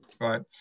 Right